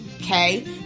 okay